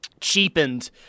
cheapened